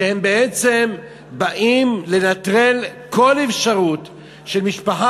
שבעצם באים לנטרל כל אפשרות שמשפחה